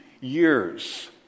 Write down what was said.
years